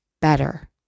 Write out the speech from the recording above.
better